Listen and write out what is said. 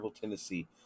Tennessee